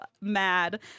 mad